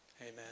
Amen